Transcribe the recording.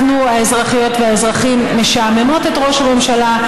אנחנו האזרחיות והאזרחים משעממות את ראש הממשלה.